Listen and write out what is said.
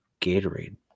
Gatorade